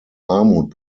armut